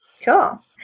Cool